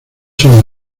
son